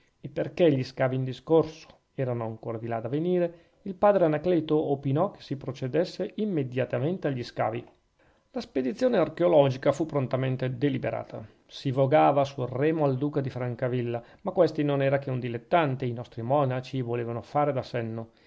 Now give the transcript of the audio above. e perchè gli scavi in discorso erano ancora di là da venire il padre anacleto opinò che si procedesse immediatamente agli scavi la spedizione archeologica fu prontamente deliberata si vogava sul remo al duca di francavilla ma questi non era che un dilettante e i nostri monaci volevano fare da senno